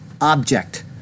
object